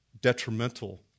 detrimental